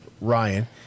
Ryan